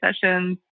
sessions